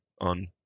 on